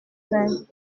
vingts